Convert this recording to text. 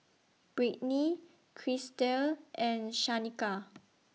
Britni Krystle and Shanika